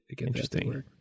Interesting